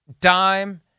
dime